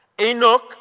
Enoch